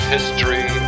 History